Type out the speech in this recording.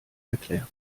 erklären